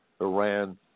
Iran